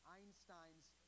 Einstein's